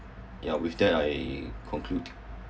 ya with that I conclude